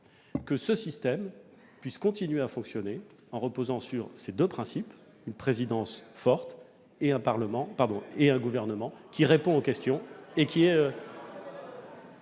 fort, puisse continuer à fonctionner en reposant sur ses deux principes une présidence forte et un Gouvernement qui répond aux questions du Parlement